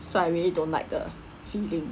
so I really don't like the feeling